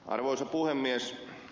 arvoisa puhemies